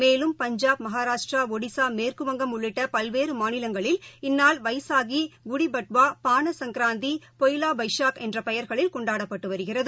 மேலும் பஞ்சாப் மகாராஷ்டிரா ஒடிஸா மேற்குவங்க உள்ளிட்டபல்வேறமாநிலங்களில் இந்நாள் வைஷாக்கி குடிபட்வா பாண சங்ராந்தி பொய்லாபொய்ஷாக் என்றபெயர்களில் கொண்டாடப்பட்டுவருகிறது